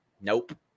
Nope